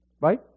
Right